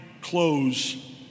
close